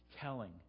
telling